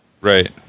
right